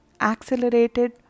accelerated